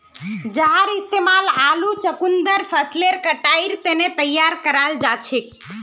जहार इस्तेमाल आलू चुकंदर फसलेर कटाईर तने तैयार कराल जाछेक